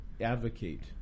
advocate